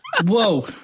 Whoa